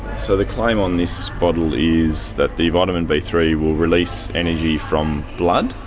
so the claim on this bottle is that the vitamin b three will release energy from blood,